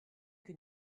que